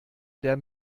der